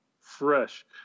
Fresh